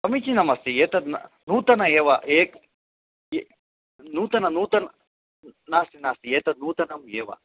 समीचीनमस्ति एतद् न नूतनम् एव एक् नूतनं नूतनं नास्ति नास्ति एतत् नूतनम् एव